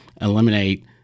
eliminate